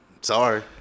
Sorry